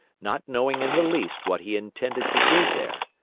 not knowing in the least what he intended to do there.